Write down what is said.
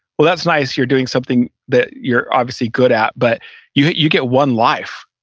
well that's nice. you're doing something that you're obviously good at but you you get one life.